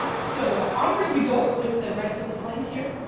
so onwards we go with the rest of the slides here.